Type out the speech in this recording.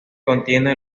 contiene